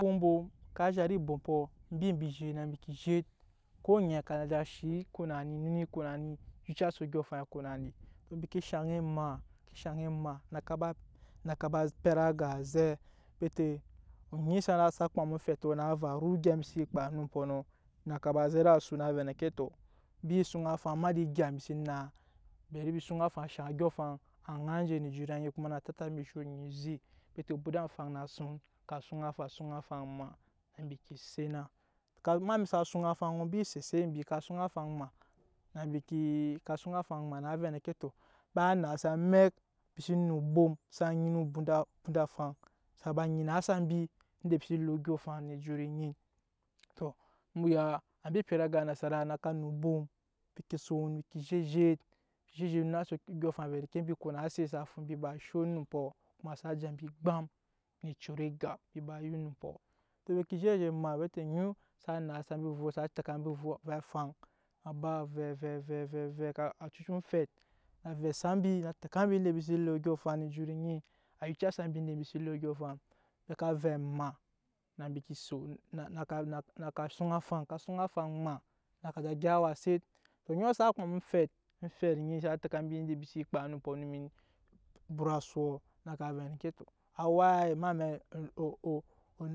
Bom bom ka zhat ebompɔ embi mbe ezhet na mbi ke zhet ko oŋɛ na ka je yucase odyɔŋ afaŋ ekona ni embi ke shaŋ en maa na ka ba pɛt aŋgaa zɛ bete onyi sana kpam omfɛtɔ na varu egya embi se kpa onumpɔ naka ba ze ede asu na vɛ tɔ embi sunŋ afaŋ emada egya mbi se naa bari mi suŋ afaŋ na odyɔŋ afaŋ. ŋai enje ne ejut anyi kuma na tate mbi asho onyi aze na kuma obunda afaŋ na suŋ ka suŋ afaŋ suŋ afaŋ maa ne mbi ke sena amɛk sa suŋ afaŋɔ embi set eset mbi ka suŋ afaŋ tɔ ba naase amɛk mbi se nu oŋgboŋ sa nyina obunda afaŋ sa ba nyinasa mbi inda. mbi se le odyɔŋ afaŋ ne ejut enyi to mu ya ambe epyet aŋga nasara naka lo bom bete mbi ke son ezhet ezhet mbi ezhet ezhet ne mbi odyɔŋ afaŋ konase odyɔŋ afaŋ sa ko na mbi ba sho onumpɔ kuma sa ja mbi egbam e we ne ecoro egap ea ya onumpɔ embi ke zhet emaa bete onyi sa naasa mbi a ovɛ afaŋ á ba vɛ vɛ vɛ a ka cucuse na ni á cucu omfɛt ne na vɛse mbi na tɛka mbi yanda mbi see le odyɔŋ afaŋ ne ejut enyi na tɛka mbi yanda mbi se le odyɔŋ afaŋ ne ejut enyi na yucasa mbi na ka ze maa na mb ke son na ka suŋ afaŋ ka suŋ afaŋ ma o beya awa oset oŋɔ sa kpam omfɛt omfet onyi sa tɛka mbi yanda mbi see kpa onumpɔ na mbi bur asuɔ